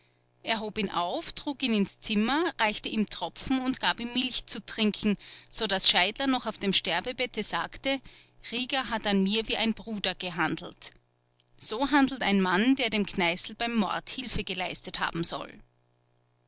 er hob ihn auf trug ihn ins zimmer reichte ihm tropfen und gab ihm milch zu trinken so daß scheidler noch auf dem sterbebette sagte rieger hat an mir wie ein bruder gehandelt so handelt der mann der dem kneißl beim mord hilfe geleistet haben soll